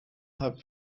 had